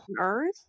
earth